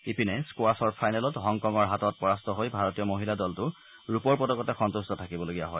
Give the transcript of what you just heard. ইপিনে স্বোৱাছৰ ফাইনেলত হংকঙৰ হাতত পৰাস্ত হৈ ভাৰতীয় মহিলা দলটো ৰূপৰ পদকতে সন্ত্ট থাকিবলগীয়া হয়